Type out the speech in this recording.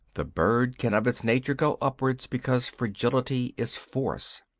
the bird can of its nature go upwards, because fragility is force.